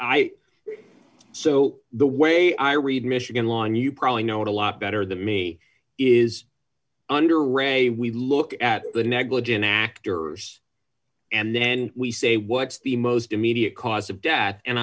so the way i read michigan law and you probably know it a lot better than me is under ray we look at the negligent act errors and then we say what's the most immediate cause of death and